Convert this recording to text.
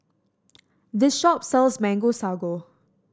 this shop sells Mango Sago